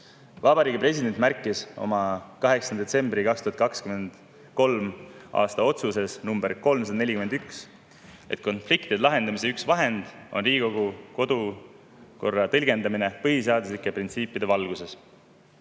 Vabariigi President märkis oma 8. detsembri 2023. aasta otsuses nr 341, et konfliktide lahendamise üks vahend on Riigikogu kodukorra tõlgendamine põhiseaduslike printsiipide valguses.